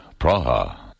Praha